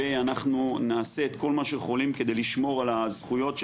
ואנחנו נעשה את כל מה שיכולים כדי לשמור על הזכויות של